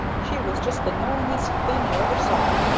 she was just the knowingest thing you ever saw,